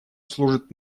служит